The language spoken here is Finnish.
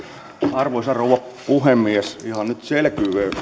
arvoisa rouva puhemies ihan nyt